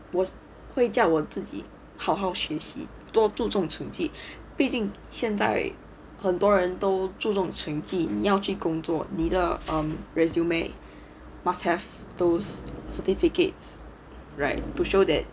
我会叫我自己好好学习多注重成绩毕竟现在很多人都注重成绩你要去工作你的 resume must have those certificates right to show that